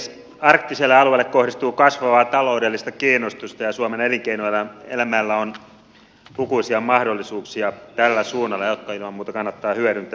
arktiselle alueelle kohdistuu kasvavaa taloudellista kiinnostusta ja suomen elinkeinoelämällä on lukuisia mahdollisuuksia tällä suunnalla jotka ilman muuta kannattaa hyödyntää